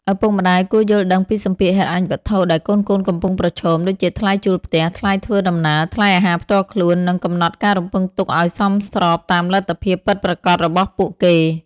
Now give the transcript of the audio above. ឪពុកម្ដាយគួរយល់ដឹងពីសម្ពាធហិរញ្ញវត្ថុដែលកូនៗកំពុងប្រឈម ដូចជាថ្លៃជួលផ្ទះ ថ្លៃធ្វើដំណើរ ថ្លៃអាហារផ្ទាល់ខ្លួន និងកំណត់ការរំពឹងទុកឱ្យសមស្របតាមលទ្ធភាពពិតប្រាកដរបស់ពួកគេ។